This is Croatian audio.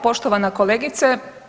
Poštovana kolegice.